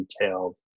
detailed